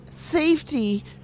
safety